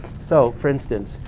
so, for instance,